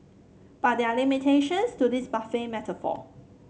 but there are limitations to this buffet metaphor